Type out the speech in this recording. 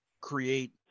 create